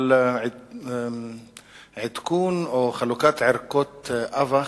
על עדכון או חלוקת ערכות אב"כ,